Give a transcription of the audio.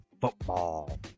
football